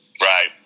Right